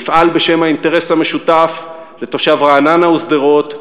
נפעל בשם האינטרס המשותף לתושב רעננה ושדרות,